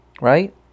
Right